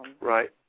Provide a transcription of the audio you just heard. Right